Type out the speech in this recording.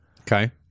Okay